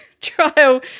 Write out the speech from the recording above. trial